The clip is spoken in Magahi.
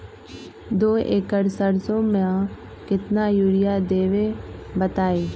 दो एकड़ सरसो म केतना यूरिया देब बताई?